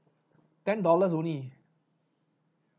ten dollars only